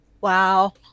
wow